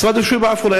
משרד רישוי בעפולה,